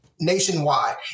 nationwide